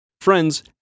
Friends